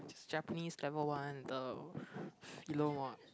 just Japanese level one the mod